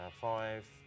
Five